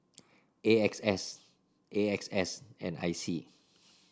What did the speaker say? A X S A X S and I C